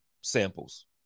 samples